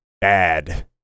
bad